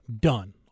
Done